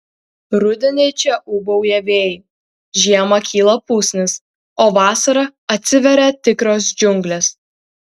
rudenį čia ūbauja vėjai žiemą kyla pusnys o vasarą atsiveria tikros džiunglės